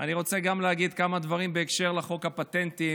אני רוצה להגיד כמה דברים בקשר לחוק הפטנטים.